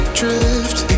drift